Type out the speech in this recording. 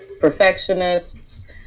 perfectionists